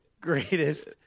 greatest